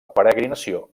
peregrinació